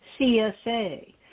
CSA